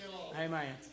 Amen